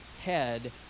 head